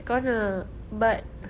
kau nak but